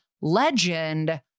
legend